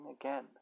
again